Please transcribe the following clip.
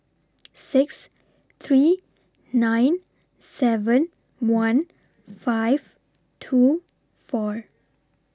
six three nine seven one five two four